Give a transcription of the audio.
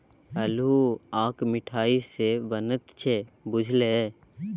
अल्हुआक मिठाई सेहो बनैत छै बुझल ये?